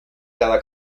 cada